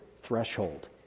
threshold